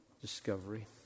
discovery